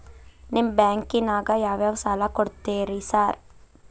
ನಿಮ್ಮ ಬ್ಯಾಂಕಿನಾಗ ಯಾವ್ಯಾವ ಸಾಲ ಕೊಡ್ತೇರಿ ಸಾರ್?